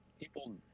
people